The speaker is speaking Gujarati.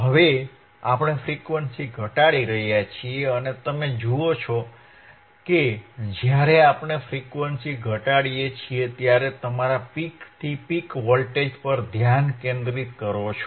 હવે આપણે ફ્રીક્વન્સી ઘટાડી રહ્યા છીએ અને તમે જુઓ છો કે જ્યારે આપણે ફ્રીક્વન્સી ઘટાડીએ છીએ ત્યારે તમે તમારા પીકથી પીક વોલ્ટેજ પર ધ્યાન કેન્દ્રિત કરો છો